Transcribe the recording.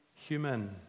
human